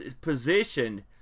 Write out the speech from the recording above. positioned